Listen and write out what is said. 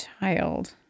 child